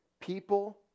people